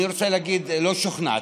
אני רוצה להגיד: לא שוכנעתי.